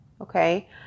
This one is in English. okay